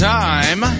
time